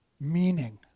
meaning